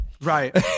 right